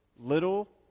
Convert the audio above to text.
little